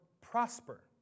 prosper